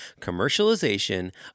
commercialization